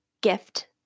gift